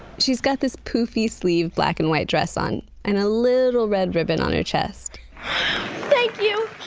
she's got this poofy-sleeved black and white dress on, and a little red ribbon on her chest thank you.